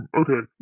okay